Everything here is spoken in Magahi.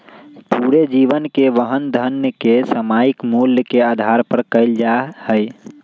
पूरे जीवन के वहन धन के सामयिक मूल्य के आधार पर कइल जा हई